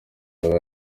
yaba